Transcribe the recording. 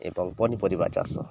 ଏବଂ ପନିପରିବା ଚାଷ